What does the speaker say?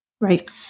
Right